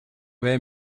wij